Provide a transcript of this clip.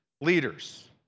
leaders